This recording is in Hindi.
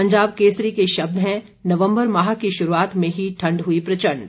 पंजाब केसरी के शब्द हैं नवंबर माह की शुरूआत में ही ठंड हुई प्रचंड